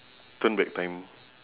turn back time